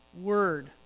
word